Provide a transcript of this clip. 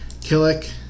Killick